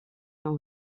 non